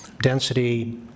density